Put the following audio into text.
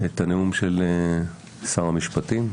את הנאום של שר המשפטים,